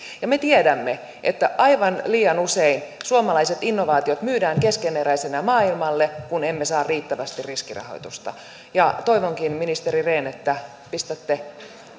ja me tiedämme että aivan liian usein suomalaiset innovaatiot myydään keskeneräisinä maailmalle kun emme saa riittävästi riskirahoitusta toivonkin ministeri rehn että pistätte